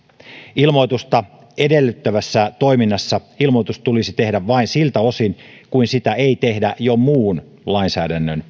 ilmoitusta edellyttävässä toiminnassa ilmoitus tulisi tehdä vain siltä osin kuin sitä ei tehdä jo muun lainsäädännön